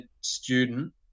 student